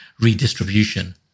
redistribution